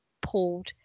pulled